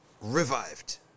revived